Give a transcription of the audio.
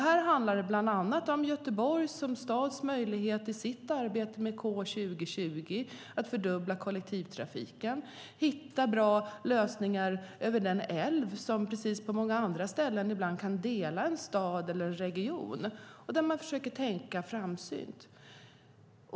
Här handlar det bland annat om Göteborgs stads möjligheter att i arbetet med K2020 fördubbla kollektivtrafiken, hitta bra lösningar över den älv som delar staden - det händer på många ställen att en älv delar en stad eller en region - och därmed försöka vara framsynt i sitt tänkande.